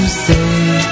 say